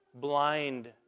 blind